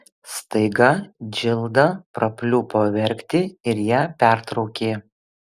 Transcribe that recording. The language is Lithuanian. staiga džilda prapliupo verkti ir ją pertraukė